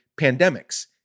pandemics